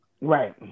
Right